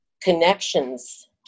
connections